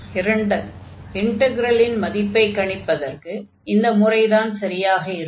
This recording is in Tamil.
இரண்டு இன்டக்ரலின் மதிப்பைக் கணிப்பதற்கு இந்த முறைதான் சரியாக இருக்கும்